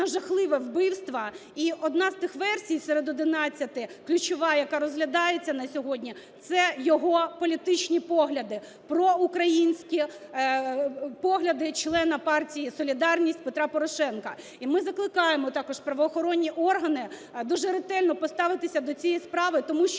жахливе вбивство. І одна з тих версій серед одинадцяти, ключова, яка розглядається на сьогодні, це його політичні погляди, проукраїнські, погляди члена партії "Солідарність" Петра Порошенка. І ми закликаємо також правоохоронні органи дуже ретельно поставитися до цієї справи, тому що